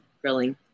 grilling